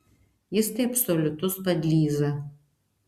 jis tai absoliutus padlyza